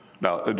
Now